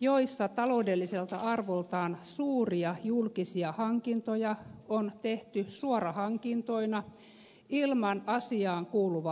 joissa taloudelliselta arvoltaan suuria julkisia hankintoja on tehty suorahankintoina ilman asiaan kuuluvaa kilpailuttamista